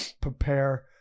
prepare